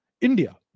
India